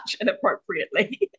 inappropriately